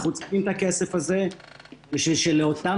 אנחנו צריכים את הכסף בשביל שלאותם